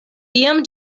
iam